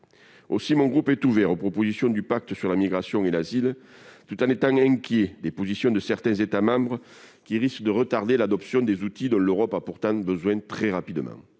Aussi mon groupe est-il ouvert aux propositions du pacte européen pour l'asile et les migrations, tout en étant inquiet des positions de certains États membres, qui risquent de retarder l'adoption des outils dont l'Europe a pourtant besoin très rapidement.